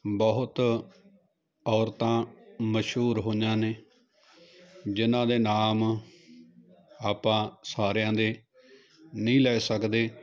ਬਹੁਤ ਔਰਤਾਂ ਮਸ਼ਹੂਰ ਹੋਈਆਂ ਨੇ ਜਿਹਨਾਂ ਦੇ ਨਾਮ ਆਪਾਂ ਸਾਰਿਆਂ ਦੇ ਨਹੀਂ ਲੈ ਸਕਦੇ